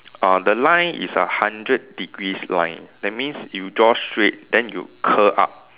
uh the line is a hundred degrees line that means you draw straight then you curl up